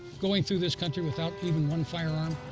going through this country without even one firearm?